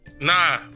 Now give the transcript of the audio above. nah